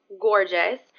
gorgeous